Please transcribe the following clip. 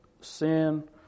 sin